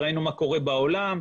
וראינו מה קורה בעולם,